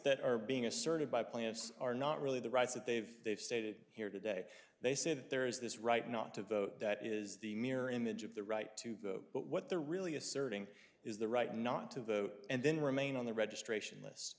that are being asserted by plaintiffs are not really the rights that they've they've stated here today they say that there is this right not to vote that is the mirror image of the right to go but what they're really asserting is the right not to vote and then remain on the registration